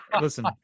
listen